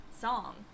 song